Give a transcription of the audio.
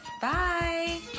Bye